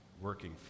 working